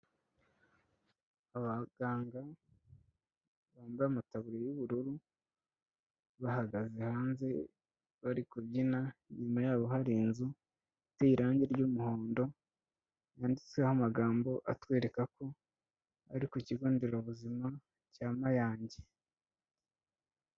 Abaganga bambaye amataburi y'ubururu bahagaze hanze bari kubyina, inyuma yabo hari inzu iteye irangi ry'umuhondo, yanditseho amagambo atwereka ko ari ku kigo nderabuzima cya Mayange.